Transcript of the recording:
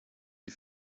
die